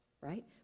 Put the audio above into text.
right